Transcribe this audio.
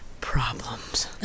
problems